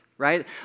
Right